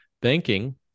banking